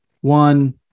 one